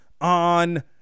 on